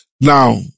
Now